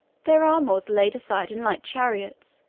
their armor was laid aside in light chariots,